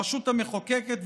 הרשות המחוקקת,